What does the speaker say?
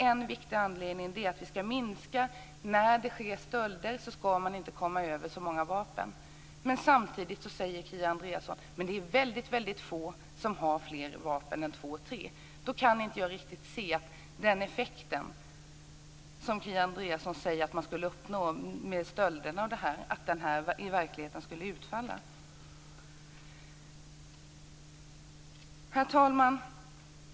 En viktig anledning till att vi ska minska antalet är att man inte ska komma över så många vapen vid stölder. Samtidigt säger Kia Andreasson att det är väldigt få som har fler vapen än två tre. Jag kan inte riktigt se att man skulle uppnå den effekt på stölderna som Kia Herr talman!